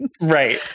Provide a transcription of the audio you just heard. Right